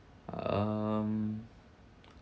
um